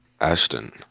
ashton